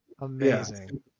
Amazing